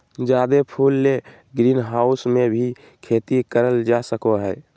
जादे फूल ले ग्रीनहाऊस मे भी खेती करल जा सको हय